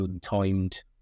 timed